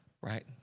right